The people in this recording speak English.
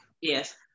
Yes